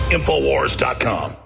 Infowars.com